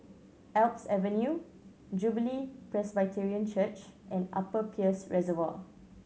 Alps Avenue Jubilee Presbyterian Church and Upper Peirce Reservoir